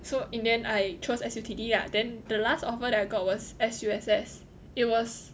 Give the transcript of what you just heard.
so in the end I chose S_U_T_D lah then the last offer that I got was S_U_S_S it was